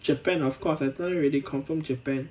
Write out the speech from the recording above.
japan of course I tell you already confirm japan